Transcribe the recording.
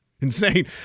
Insane